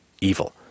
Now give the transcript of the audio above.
evil